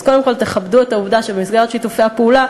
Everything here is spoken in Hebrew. אז קודם כול תכבדו את העובדה שבמסגרת שיתופי הפעולה,